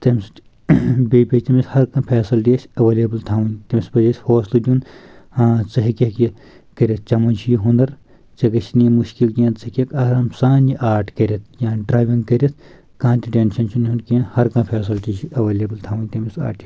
تمہِ سۭتۍ بیٚیہِ پَزِ تٔمِس ہر کانٛہہ فیسلٹی ٲسۍ ایویلیبٕل تھاوٕنۍ تٔمِس پزِ اَسہِ ہوسلہٕ دیُن ژٕ ہیٚکہِ ہؠکہٕ یہِ کٔرِتھ ژےٚ منٛز چھِ یہِ ہُندر ژےٚ گژھِ نہٕ یہِ مُشکِل کینٛہہ ژٕ ہیٚکہِ ہؠکہٕ آرام سان یہِ آرٹ کٔرِتھ یا ڈراینٛگ کٔرِتھ کانٛہہ تہِ ٹینشن چھُنہٕ ہن کینٛہہ ہر کانٛہہ فیسلٹی چھِ ایویلیبٕل تھاوٕنۍ تٔمِس آٹ